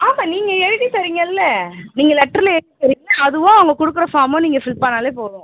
ஆமாம் நீங்கள் எழுதி தர்றீங்கள்லை நீங்கள் லெட்டரில் எழுதித் தர்றீங்கள்லை அதுவும் அவங்க கொடுக்கிற ஃபார்மும் நீங்கள் ஃபில் பண்ணிணாலே போதும்